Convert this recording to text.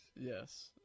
Yes